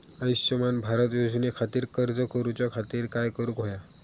आयुष्यमान भारत योजने खातिर अर्ज करूच्या खातिर काय करुक होया?